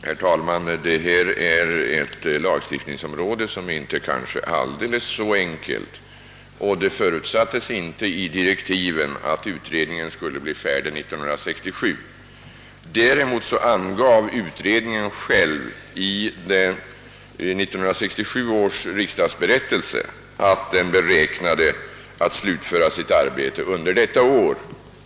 Herr talman! Detta är ett lagstiftningsområde som inte är så alldeles enkelt, och det förutsattes inte i direktiven att utredningen skulle bli färdig 1967. Däremot angav utredningen själv i 1967 års riksdagsberättelse, att den beräknade att kunna slutföra sitt arbete under detta år.